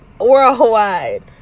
worldwide